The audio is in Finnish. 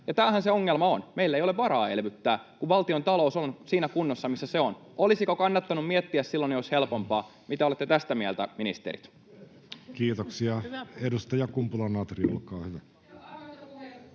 Tämähän se ongelma on: meillä ei ole varaa elvyttää, kun valtiontalous on siinä kunnossa, missä se on. Olisiko kannattanut miettiä silloin, niin olisi helpompaa? Mitä olette tästä mieltä, ministerit? [Speech 370] Speaker: Jussi